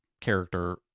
character